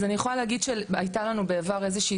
אז אני יכולה להגיד שהייתה לנו בעבר איזושהי